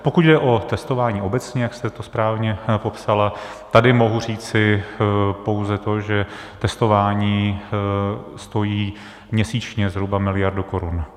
Pokud jde o testování obecně, jak jste to správně popsala, tady mohu říci pouze to, že testování stojí měsíčně zhruba miliardu korun.